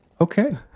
okay